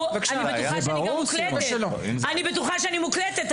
אני בטוחה שאני גם מוקלטת,